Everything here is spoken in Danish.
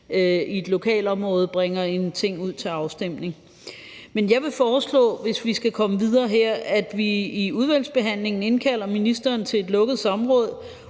i et lokalområde bringer en ting ud til afstemning. Men jeg vil foreslå, hvis vi skal komme videre her, at vi i udvalgsbehandlingen indkalder ministeren til et lukket samråd,